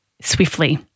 swiftly